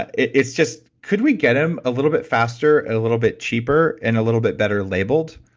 but it's just could we get them a little bit faster, and a little bit cheaper and a little bit better labeled